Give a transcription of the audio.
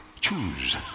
choose